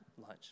lunch